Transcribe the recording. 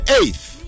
eighth